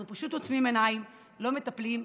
אנחנו פשוט עוצמים עיניים, לא מטפלים.